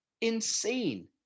Insane